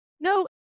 No